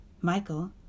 Michael